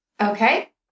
Okay